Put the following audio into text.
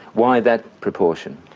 why that proportion?